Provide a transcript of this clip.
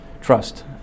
Trust